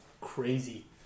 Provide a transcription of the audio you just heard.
crazy